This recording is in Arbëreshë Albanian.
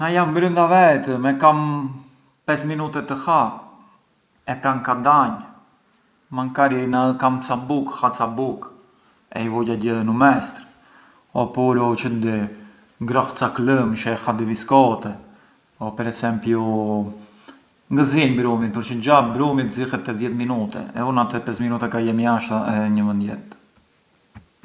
Na jam brënda vetëm e kam pesë minute të ha e pran ka danj, mankari na kam ca bukë, ha ca bukë e i vu gjagjë numestr, oppuru çë di, ngroh ca klëmsh e ha dy viskote, o per esempiu, ngë zienj brumit, përçë brumit zihet te dhjetë minute, e u nga te pesë minute ka jem jashta ngë mënd jet.